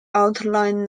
outline